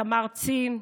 תמר צין,